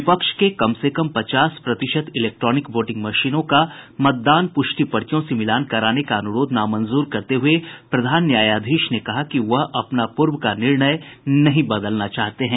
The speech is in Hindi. विपक्ष के कम से कम पचास प्रतिशत इलेक्ट्रॉनिक वोटिंग मशीनों का मतदान प्रष्टि पर्चियों से मिलान कराने का अनुरोध नामंजूर करते हुए प्रधान न्यायाधीश ने कहा कि वह अपना पूर्व का निर्णय नहीं बदलना चाहते हैं